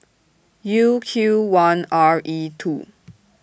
U Q one R E two